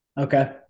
okay